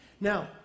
Now